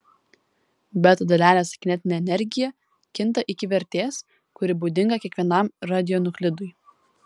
beta dalelės kinetinė energija kinta iki vertės kuri būdinga kiekvienam radionuklidui